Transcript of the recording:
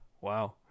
Wow